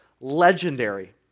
legendary